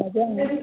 ଆଜ୍ଞା